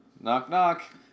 Knock-knock